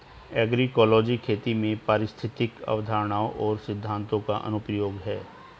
agroecology खेती में पारिस्थितिक अवधारणाओं और सिद्धांतों का अनुप्रयोग है